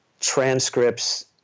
transcripts